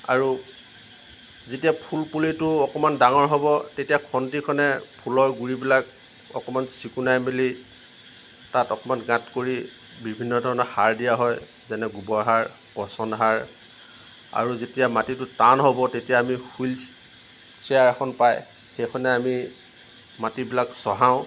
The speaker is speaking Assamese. আৰু যেতিয়া ফুল পুলিটো অকণমান ডাঙৰ হ'ব তেতিয়া খন্তিখনে ফুলৰ গুৰিবিলাক অকণমান চিকুণাই মেলি তাত অকমান গাঁত কৰি বিভিন্ন ধৰণৰ সাৰ দিয়া হয় যেনে গোবৰ সাৰ পচন সাৰ আৰু যেতিয়া মাটিটো টান হ'ব তেতিয়া আমি হুইল শ্বেয়াৰ এখন পাই সেইখনে আমি মাটিবিলাক চহাওঁ